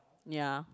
ya